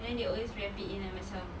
then they always wrap it in a macam